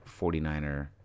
49er